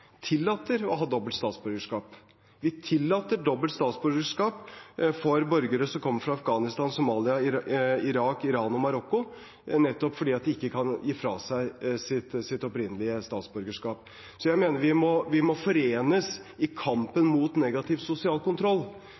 tillater å ha dobbelt statsborgerskap. Vi tillater dobbelt statsborgerskap for borgere som kommer fra Afghanistan, Somalia, Irak, Iran og Marokko, nettopp fordi de ikke kan gi fra seg sitt opprinnelige statsborgerskap. Jeg mener vi må forenes i kampen mot negativ sosial kontroll.